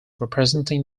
representing